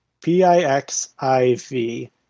P-I-X-I-V